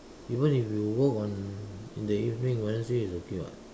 even if you work on in the evening Wednesday is okay [what]